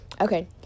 okay